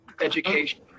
education